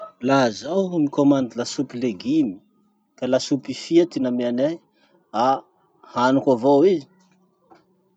Laha zaho nikomandy lasopy legume ka lasopy fia ty nomeny ahy, ah haniko avao i.